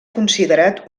considerat